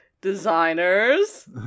Designers